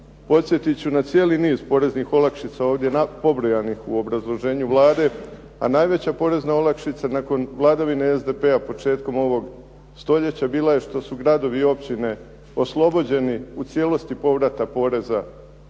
podsjetit ću na cijeli niz poreznih olakšica ovdje pobrojanih u obrazloženju Vlade. A najveća porezna olakšica nakon vladavine SDP-a početkom ovog stoljeća bila je što su gradovi i općine oslobođeni u cijelosti povrata poreza